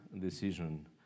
decision